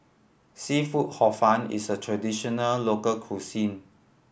seafood Hor Fun is a traditional local cuisine